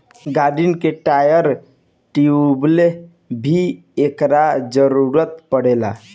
गाड़िन के tyre, tube में भी एकर जरूरत पड़ेला